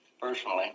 Personally